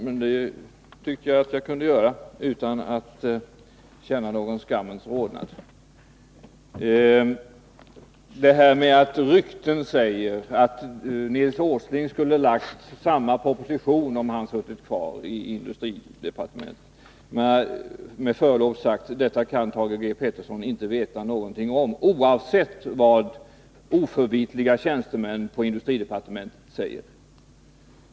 Men det tyckte jag att jag kunde göra utan att känna någon skammens rodnad. Rykten säger att Nils Åsling skulle ha framlagt samma proposition om han suttit kvar i industridepartementet, sade Thage Peterson. Detta kan, med förlov sagt, Thage Peterson inte veta någonting om - oavsett vad oförvitliga tjänstemän på industridepartementet säger.